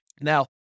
Now